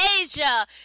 Asia